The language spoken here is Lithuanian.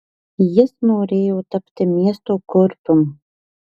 jis norėjo tapti miesto kurpium